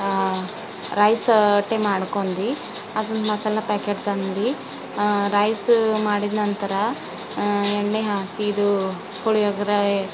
rice ಅಟೆ ಮಾಡ್ಕೊಂಡಿ ಅದನ್ನು ಮಸಾಲೆ ಪ್ಯಾಕೇಟ್ ತಂದು ರೈಸ ಮಾಡಿದ ನಂತರ ಎಣ್ಣೆ ಹಾಕಿ ಇದು ಪುಳಿಯೋಗರೆ